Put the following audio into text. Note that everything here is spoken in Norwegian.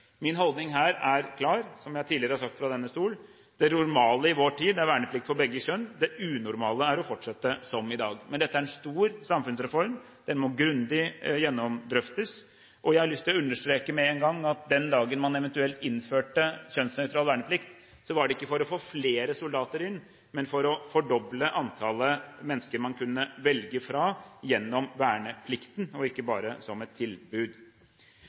Min holdning her er klar, som jeg tidligere har sagt fra denne talerstol: Det normale i vår tid er verneplikt for begge kjønn. Det unormale er å fortsette som i dag. Men dette er en stor samfunnsreform, og den må grundig gjennomdrøftes. Jeg har lyst til å understreke med en gang at den dagen man eventuelt innfører kjønnsnøytral verneplikt, er det ikke for å få flere soldater inn, men for å fordoble antallet mennesker man kan velge blant gjennom en verneplikt og ikke bare som et tilbud.